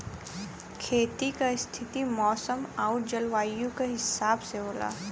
खेती क स्थिति मौसम आउर जलवायु क हिसाब से होला